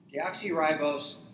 Deoxyribose